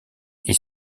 est